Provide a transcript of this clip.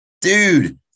dude